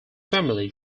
family